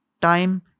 time